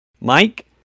Mike